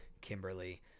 Kimberly